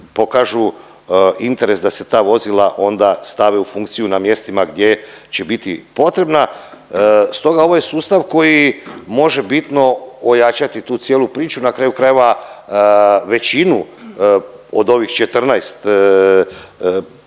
pokažu interes da se ta vozila onda stave u funkciju na mjestima gdje će biti potrebna. Stoga ovo je sustav koji može bitno ojačati tu cijelu priču. Na kraju krajeva, većinu od ovih 14 proizvoda